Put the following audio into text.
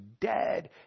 dead